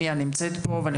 הניה נמצאת כאן איתנו,